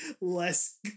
less